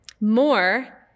more